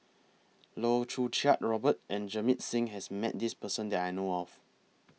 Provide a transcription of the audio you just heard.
Loh Choo Kiat Robert and Jamit Singh has Met This Person that I know of